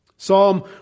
Psalm